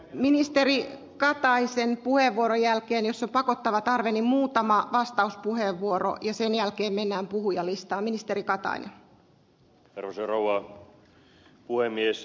ministeri kataisen puheenvuoron jälkeen jossa pakottava tarve niin muutamaan vastauspuheenvuoron ja sen jälkeen mennään arvoisa rouva puhemies